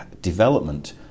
development